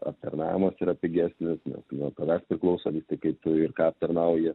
aptarnavimas yra pigesnis nuo tavęs priklauso vis tik kaip tu ir ką aptarnauji